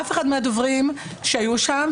ואף אחד מהדוברים שהיו שם,